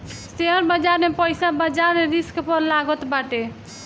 share बाजार में पईसा बाजार रिस्क पअ लागत बाटे